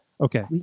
Okay